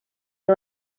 río